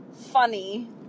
funny